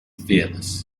fearless